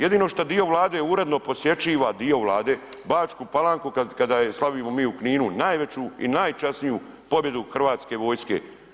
Jedino što dio Vlade uredno posjećuje, dio Vlade Bačku Palanku kada je slavimo mi u Kninu najveću i najčasniju pobjedu hrvatske vojske.